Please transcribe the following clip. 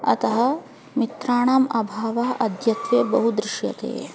अतः मित्राणाम् अभावः अद्यत्वे बहु दृश्यते